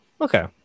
Okay